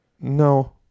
No